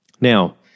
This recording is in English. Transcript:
Now